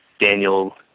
Daniel